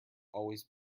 always